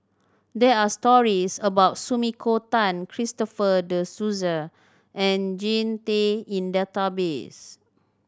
there are stories about Sumiko Tan Christopher De Souza and Jean Tay in database